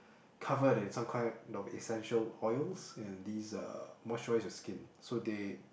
covered in some kind of essential oils and these uh moisturise your skin so they